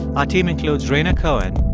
our team includes rhaina cohen,